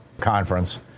conference